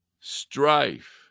strife